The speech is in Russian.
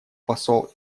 посол